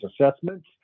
assessments